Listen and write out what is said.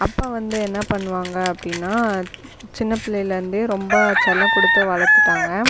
அப்பா வந்து என்ன பண்ணுவாங்கள் அப்படின்னா சின்ன பிள்ளையிலேருந்தே ரொம்ப செல்லம் கொடுத்து வளத்துட்டாங்கள்